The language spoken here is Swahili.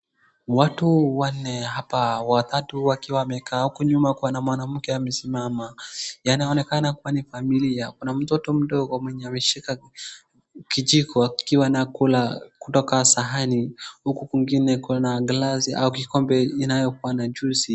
Watu wanne hapa watatu wakiwa wamekaa huku nyuma kuna mwanamke amesimama. Yanaonekana kuwa ni familia. Kuna mtoto mdogo mwenye ameshika kijiko akiwa anakula kutoka sahani huku kwingine kuna glasi au kikombe inayo kuwa na juice .